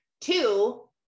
Two